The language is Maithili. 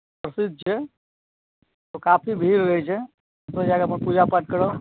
प्रसिद्ध छै काफी भीड़ रहै छै ओतौ जा कऽ अपन पूजा पाठ कराउ